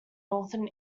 northern